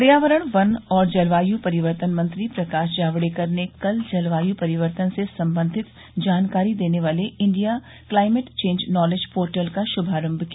पर्यावरण वन और जलवायू परिवर्तन मंत्री प्रकाश जावड़ेकर ने कल जलवायू परिवर्तन से संबंधित जानकारी देने वाले India climate change knowledge portal का शुभारंभ किया